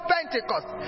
Pentecost